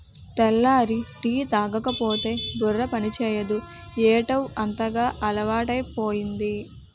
తెల్లారి టీ తాగకపోతే బుర్ర పనిచేయదు ఏటౌ అంతగా అలవాటైపోయింది